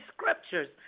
Scriptures